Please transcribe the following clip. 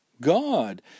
God